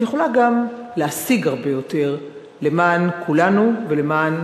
שיכולה גם להשיג הרבה יותר למען כולנו ולמען